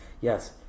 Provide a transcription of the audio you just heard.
yes